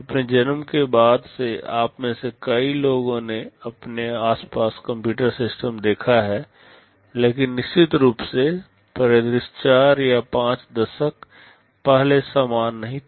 अपने जन्म के बाद से आप में से कई लोगों ने अपने आस पास कंप्यूटर सिस्टम को देखा है लेकिन निश्चित रूप से परिदृश्य 4 या 5 दशक पहले समान नहीं था